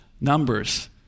numbers